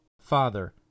Father